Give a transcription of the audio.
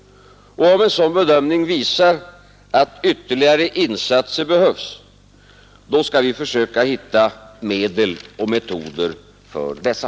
Om en sådan bedömning visar att ytterligare insatser behövs, då skall vi försöka hitta medel och metoder för dessa.